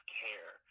care